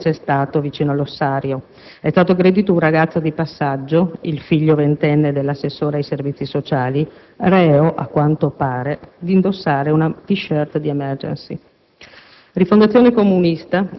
stata un'altra aggressione vicino all'ossario; è stato aggredito un ragazzo di passaggio, il figlio ventenne dell'assessora ai servizi sociali, reo, a quanto pare, di indossare una *t-shirt* di Emergency.